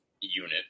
unit